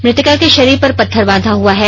मृतका का शरीर पर पत्थर बांधा हुआ है